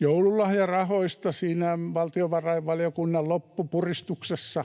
joululahjarahoista siinä valtiovarainvaliokunnan loppupuristuksessa